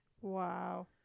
Wow